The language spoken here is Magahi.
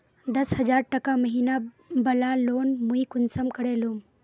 दस हजार टका महीना बला लोन मुई कुंसम करे लूम?